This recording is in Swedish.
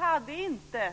Hade inte